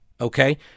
okay